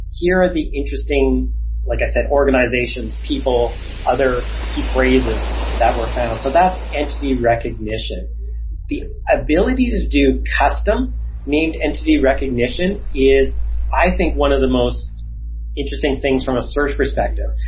here are the interesting like i said, organizations, people, other key phrases that were found. so that's entity recognition the ability to do custom named entity recognition is i think one of the most interesting things from a search perspective,